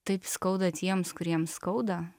taip skauda tiems kuriems skauda